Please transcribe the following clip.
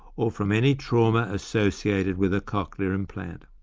or from any trauma associated with a cochlear implant.